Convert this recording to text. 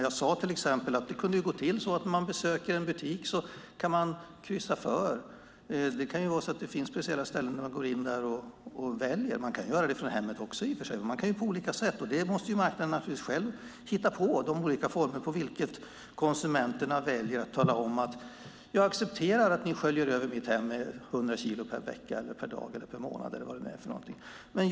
Jag sade till exempel att det skulle kunna gå till så att man när man besöker en butik kan kryssa för det man önskar. Det kan vara så att det finns speciella ställen där man går in och väljer. Man kan göra det från hemmet också i och för sig. Det kan göras på olika sätt. Marknaden måste naturligtvis själv hitta på de olika formerna för hur konsumenterna ska välja att tala om att de accepterar att deras hem sköljs över med 100 kilo per vecka, dag eller månad eller vad det nu är.